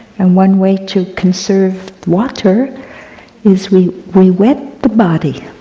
and one way to conserve water is we we wet the body,